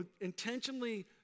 intentionally